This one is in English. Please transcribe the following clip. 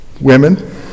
Women